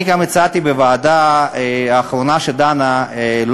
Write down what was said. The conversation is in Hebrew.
אני גם הצעתי בישיבת הוועדה האחרונה לא לפטור